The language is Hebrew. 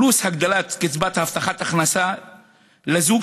פלוס הגדלת קצבת הבטחת הכנסה לזוג,